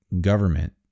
government